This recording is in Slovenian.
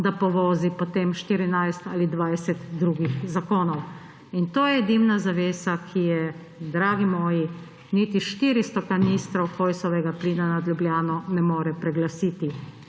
da povozi potem 14 ali 20 drugih zakonov. To je dimna zavesa, ki je, dragi moji, niti 400 kanistrov Hojsovega plina nad Ljubljano ne more preglasiti,